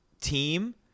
team